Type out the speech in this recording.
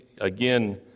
again